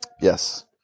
Yes